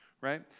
right